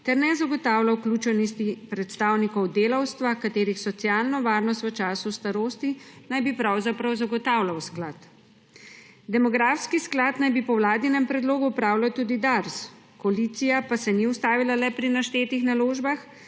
ter ne zagotavlja vključenosti predstavnikov delavstva, katerih socialno varnost v času starosti naj bi pravzaprav zagotavljal sklad. Demografski sklad naj bi po vladnem predlogu upravljal tudi DARS. Koalicija pa se ni ustavila le pri naštetih naložbah,